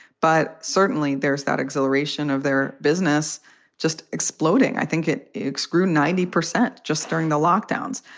but certainly there's that exhilaration of their business just exploding. i think it is screwed ninety percent just during the lockdown's.